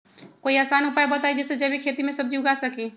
कोई आसान उपाय बताइ जे से जैविक खेती में सब्जी उगा सकीं?